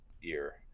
year